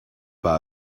pas